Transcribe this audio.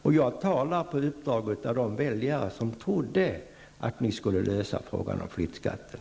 Och jag talar på uppdrag av de väljare som trodde att ni skulle lösa frågan om flyttskatten.